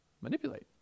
manipulate